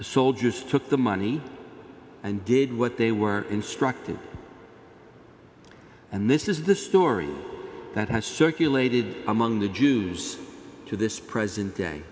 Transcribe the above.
soldiers took the money and did what they were instructed and this is the story that has circulated among the jews to this present day